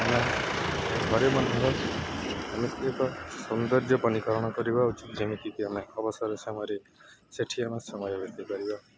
ଆମେ ଘରେ ମନର ଆମ ଏକ ସୌନ୍ଦର୍ଯ୍ୟ ବନୀକରଣ କରିବା ଉଚିତ ଯେମିତିକି ଆମେ ଅବସର ସମୟରେ ସେଠି ଆମେ ସମୟ ବିତେଇ ପାରିବା